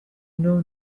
know